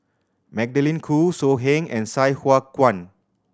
Magdalene Khoo So Heng and Sai Hua Kuan